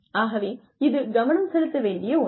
ஆகவே இது கவனம் செலுத்த வேண்டிய ஒன்று